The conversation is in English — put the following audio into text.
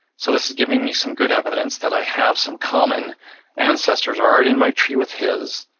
so this is giving me some good evidence that i have some common ancestors already in my tree with his.